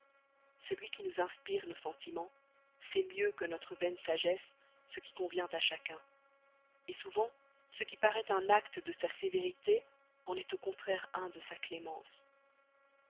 celui qui nous inspire nos sentiments sait mieux que notre vaine sagesse ce qui convient à chacun souvent ce qui paraît un acte de sa sévérité en est au contraire un de sa clémence